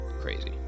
Crazy